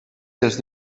dels